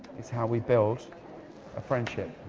is how we build a friendship.